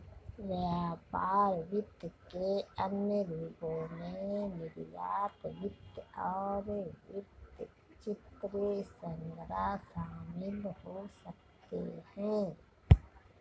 व्यापार वित्त के अन्य रूपों में निर्यात वित्त और वृत्तचित्र संग्रह शामिल हो सकते हैं